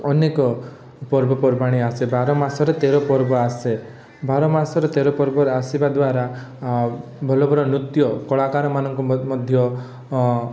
ଅନେକ ପର୍ବପର୍ବାଣୀ ଆସେ ବାର ମାସରେ ତେର ପର୍ବ ଆସେ ବାର ମାସରେ ତେର ପର୍ବରେ ଆସିବା ଦ୍ୱାରା ଭଲ ଭଲ ନୃତ୍ୟ କଳାକାରମାନଙ୍କୁ ମଧ୍ୟ